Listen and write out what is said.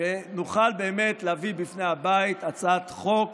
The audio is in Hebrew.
שנוכל באמת להביא בפני הבית הצעת חוק